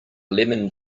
lemon